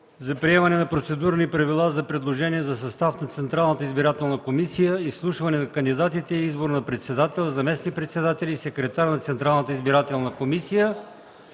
за приемане на Процедурни правила за предложение за състав на Централната избирателна комисия, изслушване на кандидатите и избор на председател, заместник-председатели и секретар на Централната избирателна комисия.